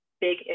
big